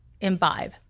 imbibe